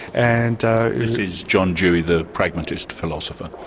and is is john dewey the pragmatist philosopher.